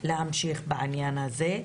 להמשיך בעניין הזה.